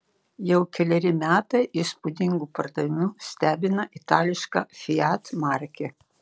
jau keleri metai įspūdingu pardavimu stebina itališka fiat markė